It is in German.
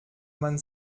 man